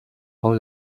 all